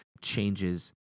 changes